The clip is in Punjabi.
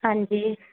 ਹਾਂਜੀ